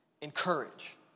encourage